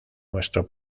nuestro